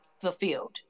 fulfilled